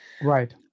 Right